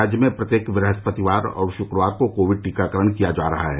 राज्य में प्रत्येक बृहस्पतिवार और श्क्रवार को कोविड टीकाकरण किया जा रहा है